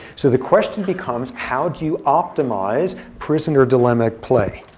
so the question becomes, how do you optimize prisoner dilemma play?